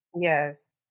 Yes